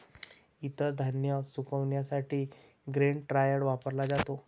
इतर धान्य सुकविण्यासाठी ग्रेन ड्रायर वापरला जातो